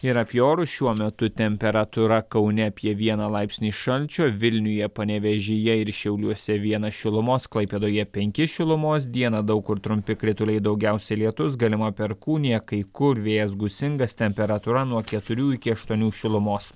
ir apie orus šiuo metu temperatūra kaune apie vieną laipsnį šalčio vilniuje panevėžyje ir šiauliuose vienas šilumos klaipėdoje penki šilumos dieną daug kur trumpi krituliai daugiausia lietus galima perkūnija kai kur vėjas gūsingas temperatūra nuo keturių iki aštuonių šilumos